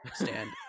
stand